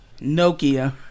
Nokia